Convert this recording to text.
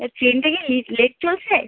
এই ট্রেনটা কি লেট চলছে